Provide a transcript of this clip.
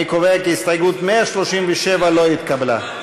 אני קובע כי הסתייגות 137 לא התקבלה.